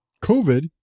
COVID